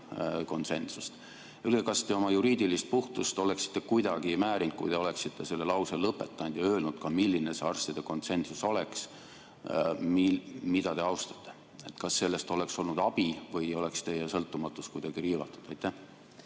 konsensust. Öelge, kas te oma juriidilist puhtust oleksite kuidagi määrinud, kui te oleksite selle lause lõpetanud ja öelnud ka seda, milline see arstide konsensus on, mida te austate. Kas sellest oleks olnud abi või oleks teie sõltumatust kuidagi riivatud?